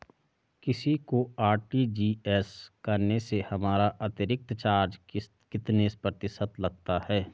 किसी को आर.टी.जी.एस करने से हमारा अतिरिक्त चार्ज कितने प्रतिशत लगता है?